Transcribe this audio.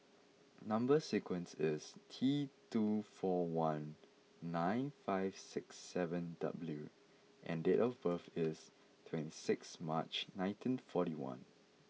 number sequence is T two four one nine five six seven W and date of birth is twenty six March nineteen forty one